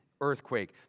earthquake